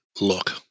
look